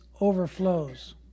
overflows